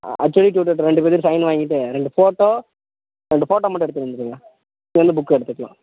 ஹசசோடி டியூட்டர்கிட்ட ரெண்டு பேர்கிட்டையும் சைன் வாங்கிட்டு ரெண்டு ஃபோட்டோ ரெண்டு ஃபோட்டோ மட்டும் எடுத்துகிட்டு வந்துடுங்க இங்கே வந்து புக்கு எடுத்துக்கலாம்